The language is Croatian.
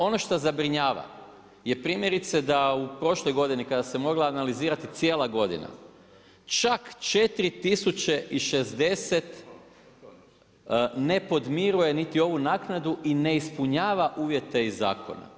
Ono što zabrinjava je primjerice da u prošloj godini, kada se mogla analizirati cijela godina, čak 4060 ne podmiruje niti ovu naknadu i ne ispunjava uvjete iz zakona.